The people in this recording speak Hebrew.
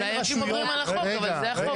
אולי עוברים על החוק, אבל זה החוק.